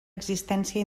existència